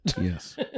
Yes